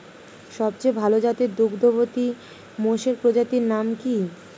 সবচেয়ে ভাল জাতের দুগ্ধবতী মোষের প্রজাতির নাম কি?